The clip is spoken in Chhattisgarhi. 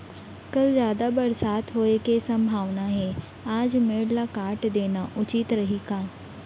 कल जादा बरसात होये के सम्भावना हे, आज मेड़ ल काट देना उचित रही का?